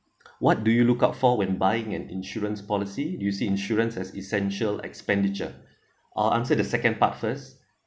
what do you look out for when buying an insurance policy do you see insurance as essential expenditure or answer the second part first